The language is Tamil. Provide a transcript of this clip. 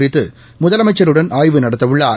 குறித்து முதலமைச்சருடன் ஆய்வு நடத்தவுள்ளார்